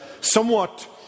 somewhat